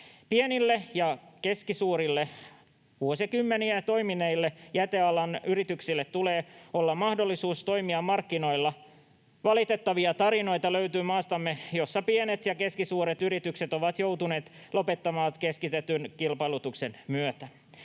Pienillä ja keskisuurilla, vuosikymmeniä toimineilla jätealan yrityksillä tulee olla mahdollisuus toimia markkinoilla. Maastamme löytyy valitettavia tarinoita, joissa pienet ja keskisuuret yritykset ovat joutuneet lopettamaan keskitetyn kilpailutuksen myötä.